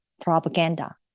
propaganda